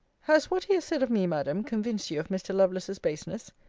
has what he has said of me, madam, convinced you of mr. lovelace's baseness?